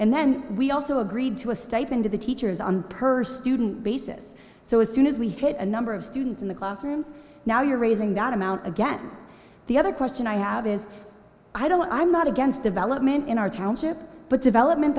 and then we also agreed to a stipend of the teachers on per student basis so as soon as we hit a number of students in the classroom now you're raising that amount again the other question i have is i don't i'm not against development in our township but development